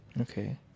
Okay